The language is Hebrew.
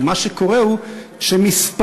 ומה שקורה הוא שמספרית,